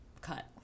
cut